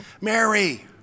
Mary